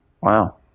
Wow